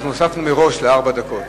אנחנו הוספנו מראש לארבע דקות.